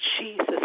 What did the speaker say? Jesus